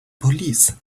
police